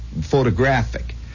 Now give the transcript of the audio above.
photographic